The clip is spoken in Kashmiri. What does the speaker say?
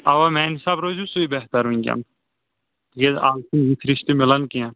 اَوا میٛانہِ حِسابہٕ روزِوُ سُے بہتر وٕنۍکٮ۪ن ییٚلہِ مِلان کیٚنٛہہ